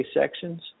sections